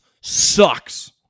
sucks